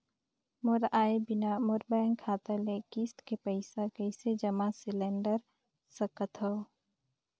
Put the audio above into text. मोर आय बिना मोर बैंक खाता ले किस्त के पईसा कइसे जमा सिलेंडर सकथव?